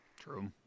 True